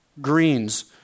greens